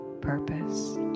purpose